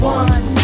one